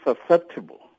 susceptible